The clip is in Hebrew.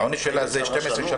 העונש שלה זה 12 שנה.